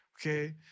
Okay